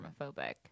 germaphobic